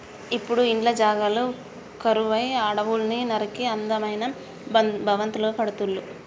ఇప్పుడు ఇండ్ల జాగలు కరువై అడవుల్ని నరికి అందమైన భవంతులు కడుతుళ్ళు